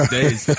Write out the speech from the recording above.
days